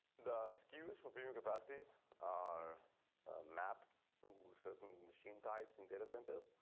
the skus for building capacities are mapped to certain machine types in data centers.